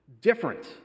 different